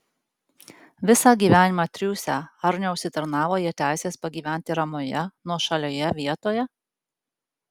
visą gyvenimą triūsę ar neužsitarnavo jie teisės pagyventi ramioje nuošalioje vietoje